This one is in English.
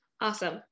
Awesome